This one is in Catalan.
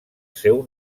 seu